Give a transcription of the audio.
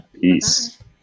Peace